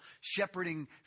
shepherding